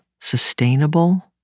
sustainable